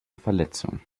verletzung